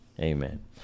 Amen